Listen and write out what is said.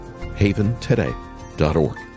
Haventoday.org